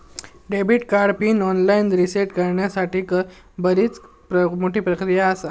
debit card PIN online reset करण्यासाठीक बरीच मोठी प्रक्रिया आसा